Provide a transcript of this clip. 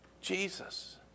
Jesus